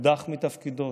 הודח מתפקידו,